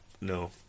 no